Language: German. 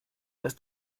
dass